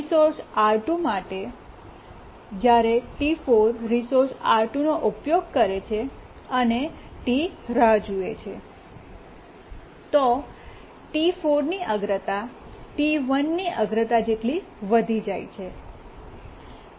resource R2 માટે જ્યારે T4 resource R2 નો ઉપયોગ કરે છે અને T રાહ જુએ છે તો T4 ની અગ્રતા T1 અગ્રતા જેટલી વધી જાય છે